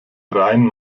rhein